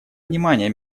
внимание